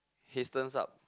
histones up